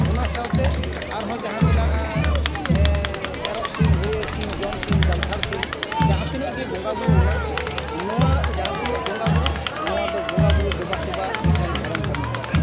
ᱚᱱᱟ ᱥᱟᱶᱛᱮ ᱟᱨ ᱦᱚᱸ ᱡᱟᱦᱟᱸ ᱢᱮᱱᱟᱜᱼᱟ ᱮᱨᱚᱜ ᱥᱤᱢ ᱦᱟᱹᱲᱭᱟᱹᱨ ᱥᱤᱢ ᱡᱚᱢ ᱥᱤᱢ ᱡᱟᱱᱛᱷᱟᱲ ᱥᱤᱢ ᱡᱟᱦᱟᱸ ᱛᱤᱱᱟᱹᱜ ᱜᱮ ᱵᱚᱸᱜᱟ ᱵᱳᱨᱳ ᱠᱚ ᱢᱮᱱᱟᱜ ᱠᱚ ᱱᱚᱣᱟ ᱡᱟᱦᱟᱸ ᱛᱤᱱᱟᱹᱜ ᱵᱚᱸᱜᱟ ᱵᱳᱨᱳ ᱱᱚᱣᱟ ᱫᱚ ᱵᱚᱸᱜᱟ ᱵᱳᱨᱳ ᱫᱮᱵᱟ ᱥᱮᱵᱟ ᱢᱤᱫᱴᱟᱝ ᱫᱷᱚᱨᱚᱢ ᱠᱟᱹᱢᱤ ᱦᱚᱨᱟ ᱠᱟᱱᱟ